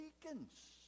deacons